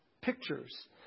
pictures